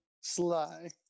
Sly